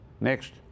Next